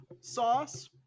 sauce